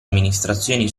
amministrazioni